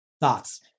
thoughts